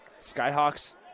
Skyhawks